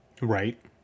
Right